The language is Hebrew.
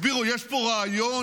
הסבירו, יש פה רעיון,